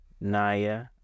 Naya